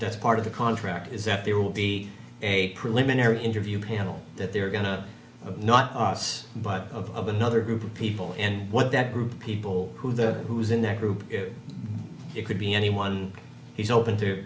that's part of the contract is that there will be a preliminary interview panel that they're going to not us but of another group of people and what that group of people who the who is in that group it could be anyone he's open to